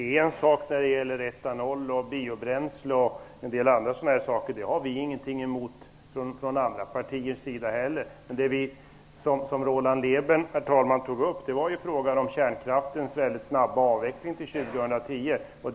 Herr talman! Etanol, biobränsle och en del annat sådant har vi heller från andra partiers sida något emot. Det som Roland Lében tog upp var frågan om kärnkraftens mycket snabba avveckling fram till år 2010.